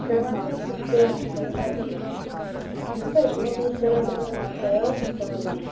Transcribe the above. سیٚونتھَس تہٕ تریٚیِم چھِ پَران ایٚل کے جی سُہ تہِ حظ چھُ مٔزورۍ کَران تہٕ پَنُن عیال پالان